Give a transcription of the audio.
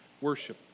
worship